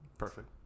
Perfect